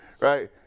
right